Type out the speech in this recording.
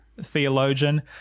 theologian